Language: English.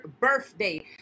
birthday